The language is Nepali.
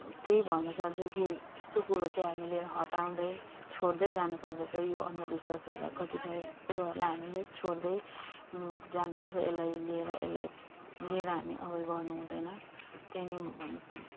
त्यही भन्न चाहन्छु कि यस्तो कुरो चाहिँ हामीले हटाउँदै छोड्दै जानुपर्दछ यो अन्धविश्वासहरूलाई कतिपय कुरोहरूलाई हामीले छोड्दै जानुपर्छ यसलाई लिएर यसलाई लिएर हामी अगाडि बढ्नुहुँदैन त्यही नै म भन्न चाहन्छु